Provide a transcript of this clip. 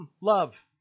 Love